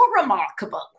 remarkable